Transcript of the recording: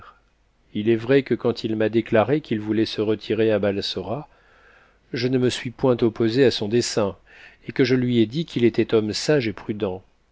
il est vrai que quand il m'a déclaré qu'il voulait se retirer à balsora je ne me suis point posé à son dessein et que je lui ai dit qu'il était homme sage et prudent